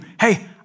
hey